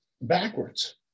backwards